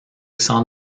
sans